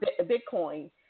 Bitcoin